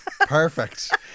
Perfect